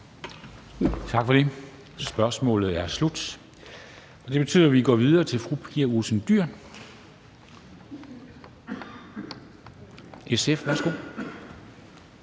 Tak for det. Spørgsmålet er slut. Vi går videre til fru Pia Olsen Dyhr, SF. Værsgo.